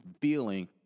feeling